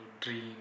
dream